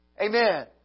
Amen